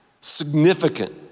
significant